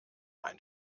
ein